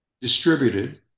distributed